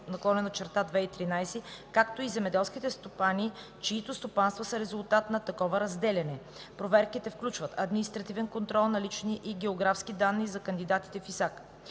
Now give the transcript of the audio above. (ЕС) № 1307/2013, както и земеделските стопани, чиито стопанства са резултат на такова разделяне. Проверките включват административен контрол на лични и географски данни за кандидатите в ИСАК.